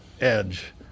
edge